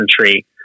country